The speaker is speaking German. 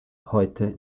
heute